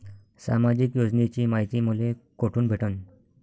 सामाजिक योजनेची मायती मले कोठून भेटनं?